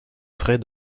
frais